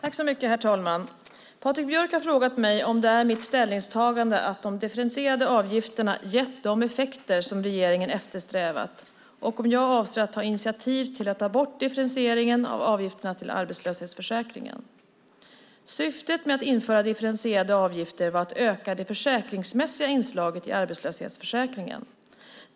Herr talman! Patrik Björk har frågat mig om det är mitt ställningstagande att de differentierade avgifterna gett de effekter som regeringen eftersträvat och om jag avser att ta initiativ till att ta bort differentieringen av avgifterna till arbetslöshetsförsäkringen. Syftet med att införa differentierade avgifter var att öka det försäkringsmässiga inslaget i arbetslöshetsförsäkringen.